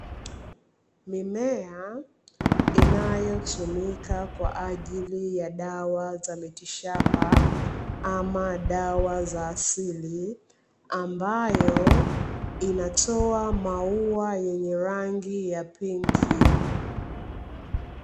Mimea inayotumika kwaajili ya dawa za miti shamba ama dawa za asili, ambayo inatoa maua yenye rangi ya pinki.